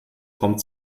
kommt